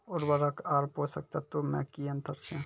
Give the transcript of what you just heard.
उर्वरक आर पोसक तत्व मे की अन्तर छै?